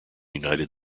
united